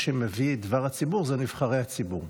שמביאים את דבר הציבור אלה נבחרי הציבור,